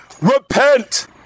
repent